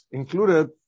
included